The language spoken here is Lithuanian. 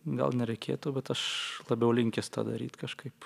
gal nereikėtų bet aš labiau linkęs tą daryt kažkaip